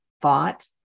thought